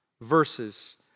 verses